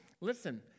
listen